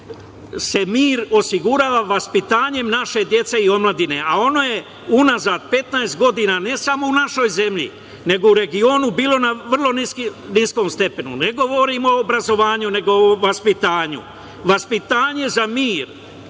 se mir osigurava vaspitanjem naše dece i omladine, a ona je unazad 15 godina, ne samo u našoj zemlji, nego u regionu bila na vrlo nismo stepenu. Ne govorimo o obrazovanjem nego o vaspitanju. Vaspitanje za mir